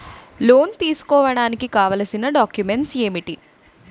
Loan తీసుకోడానికి కావాల్సిన documents ఎంటి?